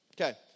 Okay